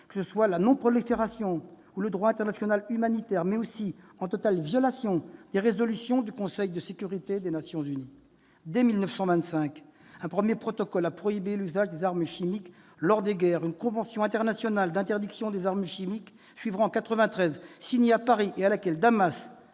que ce soit la non-prolifération ou le droit international humanitaire, mais aussi en totale violation des résolutions du Conseil de sécurité des Nations unies. Dès 1925, un premier protocole prohibait l'usage d'armes chimiques lors de guerres. Une convention internationale d'interdiction des armes chimiques suivra en 1993, signée à Paris et à laquelle Damas